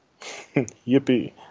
Yippee